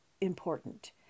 important